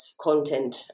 content